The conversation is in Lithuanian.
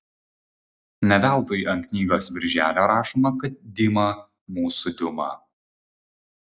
ne veltui ant knygos virželio rašoma kad dima mūsų diuma